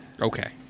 okay